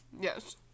Yes